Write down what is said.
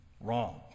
wrong